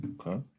Okay